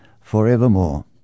forevermore